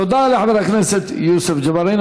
תודה לחבר הכנסת יוסף ג'בארין.